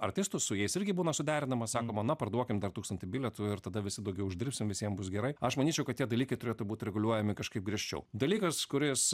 artistus su jais irgi būna suderinama sakoma na parduokim dar tūkstantį bilietų ir tada visi daugiau uždirbsim visiem bus gerai aš manyčiau kad tie dalykai turėtų būt reguliuojami kažkaip griežčiau dalykas kuris